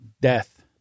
death